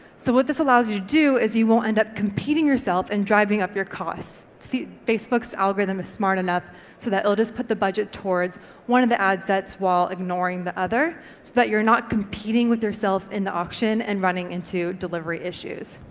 so what this allows you to do is you won't end up competing yourself and driving up your costs. see, facebook's algorithm is smart enough so that it'll just put the budget towards one of the ad sets while ignoring the other, so that you're not competing with yourself in the auction and running into delivery issues.